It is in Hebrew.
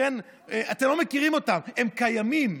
כן, אתם לא מכירים אותם, הם קיימים.